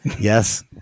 Yes